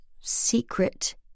secret